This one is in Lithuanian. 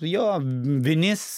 jo vinis